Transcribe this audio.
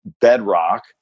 bedrock